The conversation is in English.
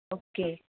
okay